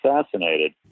assassinated